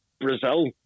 Brazil